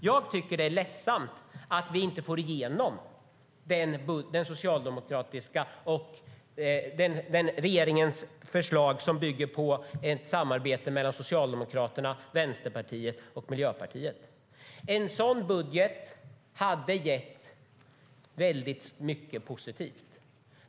Jag tycker att det är ledsamt att vi inte får igenom regeringens förslag som bygger ett samarbete mellan Socialdemokraterna, Vänsterpartiet och Miljöpartiet. En sådan budget hade gett väldigt mycket positivt.